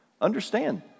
Understand